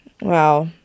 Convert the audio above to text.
Wow